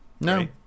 No